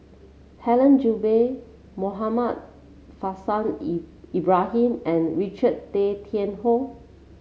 Helen Gilbey Muhammad Faishal Ibrahim and Richard Tay Tian Hoe